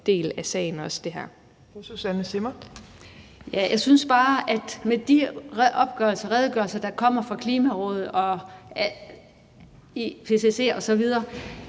Fru Susanne Zimmer. Kl. 19:09 Susanne Zimmer (FG): Jeg synes bare, at med de opgørelser og redegørelser, der kommer fra Klimarådet, IPCC osv.,